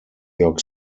york